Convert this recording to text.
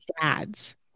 dad's